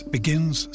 Begins